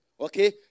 Okay